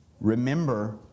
Remember